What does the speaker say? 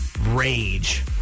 rage